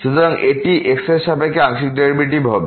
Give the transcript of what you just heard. সুতরাং এটি x এর সাপেক্ষে আংশিক ডেরিভেটিভ হবে